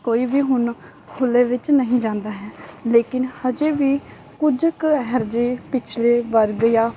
ਕੋਈ ਵੀ ਹੁਣ ਖੁੱਲ੍ਹੇ ਵਿੱਚ ਨਹੀਂ ਜਾਂਦਾ ਹੈ ਲੇਕਿਨ ਹਜੇ ਵੀ ਕੁਝ ਕੁ ਇਹੋ ਜਿਹੇ ਪਿਛੜੇ ਵਰਗ ਜਾਂ